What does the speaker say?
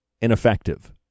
ineffective